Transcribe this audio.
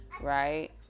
right